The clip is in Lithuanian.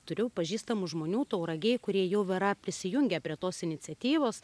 turiu pažįstamų žmonių tauragėj kurie jau yra prisijungę prie tos iniciatyvos